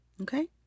Okay